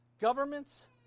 Governments